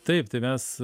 taip tai mes